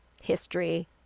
history